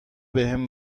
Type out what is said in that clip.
بهم